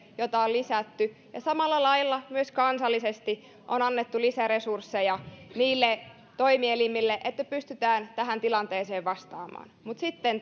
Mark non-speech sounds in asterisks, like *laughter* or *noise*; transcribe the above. jota on lisätty ja samalla lailla myös kansallisesti on annettu lisäresursseja niille toimielimille että pystytään tähän tilanteeseen vastaamaan mutta sitten *unintelligible*